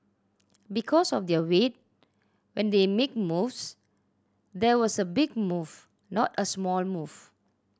because of their weight when they make moves there was a big move not a small move